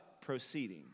proceeding